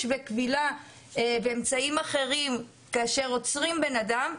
בכבילה ואמצעים אחרים כאשר עוצרים בן אדם,